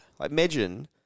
imagine